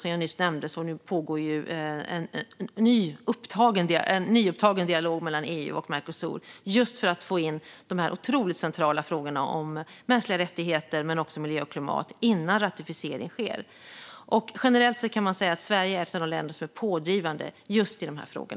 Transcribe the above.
Som jag nyss nämnde pågår en nyupptagen dialog mellan EU och Mercosur just för att få in dessa otroligt centrala frågor om mänskliga rättigheter men också frågor om miljö och klimat innan ratificering sker. Generellt kan man säga att Sverige är ett av de länder som är pådrivande just i dessa frågor.